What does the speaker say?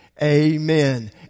Amen